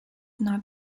not